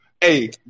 hey